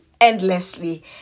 endlessly